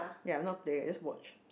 ya I'll not play I'll just watch